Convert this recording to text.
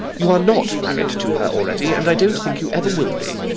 you are not married to her already, and i don't think you ever will be.